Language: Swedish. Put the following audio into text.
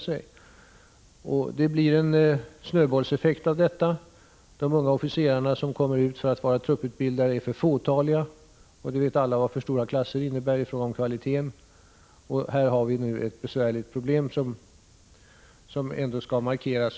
Det blir en snöbollseffekt av detta. De unga officerare som kommer ut för att vara trupputbildare är för fåtaliga — och alla vet vad för stora klasser betyder i fråga om kvaliteten på undervisningen. Här har vi ett besvärligt problem som ändå bör markeras.